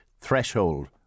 threshold